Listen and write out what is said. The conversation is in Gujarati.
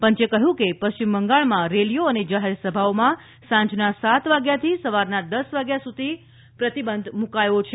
પંચે કહ્યું કે પશ્ચિમ બંગાળમાં રેલીઓ અને જાહેર સભાઓમાં સાંજના સાત વાગ્યાથી સવારના દસ વાગ્યા સુધી પ્રતિબંધ મૂકાયો છે